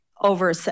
over